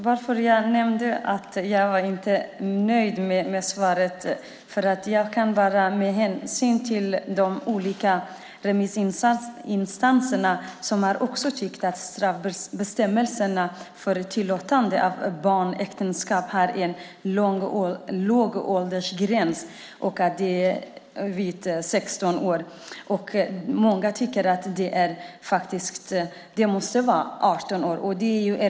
Herr talman! Anledningen till att jag sade att jag inte var nöjd med svaret är att jag kan hänvisa till de olika remissinstanserna, som också har tyckt att straffbestämmelserna är för tillåtande när det gäller barnäktenskap och att åldersgränsen 16 år är för låg. Många tycker att den måste vara 18 år.